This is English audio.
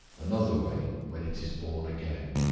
another way when it is born again.